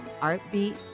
ArtBeat